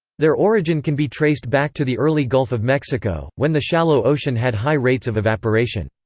their origin can be traced back to the early gulf of mexico, when the shallow ocean had high rates of evaporation.